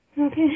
Okay